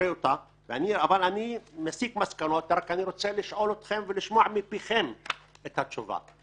אבל אני מסיק מסקנות רק אני רוצה לשאול אתכם ולשמוע מפיכם את התשובה.